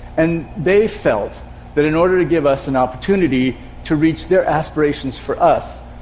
and they felt that in order to give us an opportunity to reach their aspirations for us,